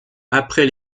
après